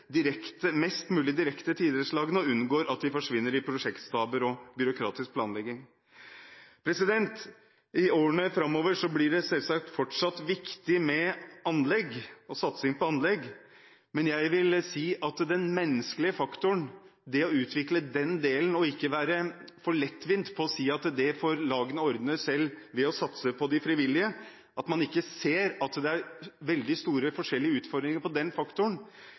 mest mulig direkte til idrettslagene og unngår at de forsvinner i prosjektstaber og byråkratisk planlegging. I årene framover blir det selvsagt fortsatt viktig med satsing på anlegg, men også på den menneskelige faktoren, det å utvikle den delen. For det å lettvint si at det får lagene ordne selv ved å satse på de frivillige, og ikke se at det er veldig store, forskjellige utfordringer når det gjelder den faktoren,